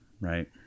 Right